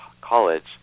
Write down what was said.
college